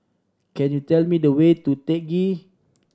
can you tell me the way to Teck Ghee